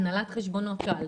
הנהלת חשבונות שאלתי.